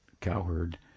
cowherd